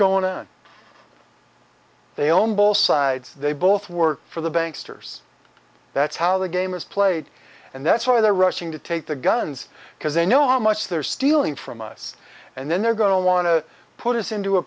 going on they own both sides they both work for the banks toure's that's how the game is played and that's why they're rushing to take the guns because they know how much they're stealing from us and then they're going to want to put us into a